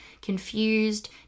confused